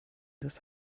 des